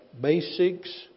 basics